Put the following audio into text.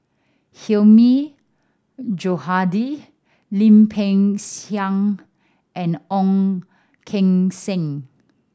Hilmi Johandi Lim Peng Siang and Ong Keng Sen